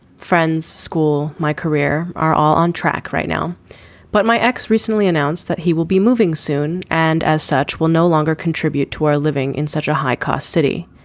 friends school my career are all on track right now but my ex recently announced that he will be moving soon and as such will no longer contribute to our living in such a high cost city.